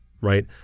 right